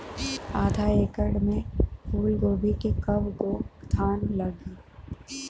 आधा एकड़ में फूलगोभी के कव गो थान लागी?